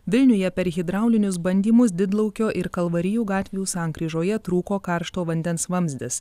vilniuje per hidraulinius bandymus didlaukio ir kalvarijų gatvių sankryžoje trūko karšto vandens vamzdis